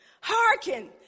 hearken